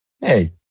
hey